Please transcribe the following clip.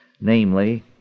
namely